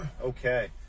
Okay